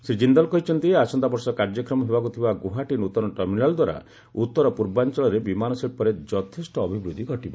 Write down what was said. ଶ୍ରୀ ଜିନ୍ଦଲ୍ କହିଛନ୍ତି ଆସନ୍ତାବର୍ଷ କାର୍ଯ୍ୟକ୍ଷମ ହେବାକୁ ଥିବା ଗୁଆହାଟୀ ନୂତନ ଟର୍ମିନାଲ୍ଦ୍ୱାରା ଉତ୍ତର ପୂର୍ବାଞ୍ଚଳରେ ବିମାନ ଶିଳ୍ପରେ ଯଥେଷ୍ଟ ଅଭିବୃଦ୍ଧି ଘଟିବ